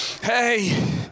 Hey